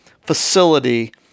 facility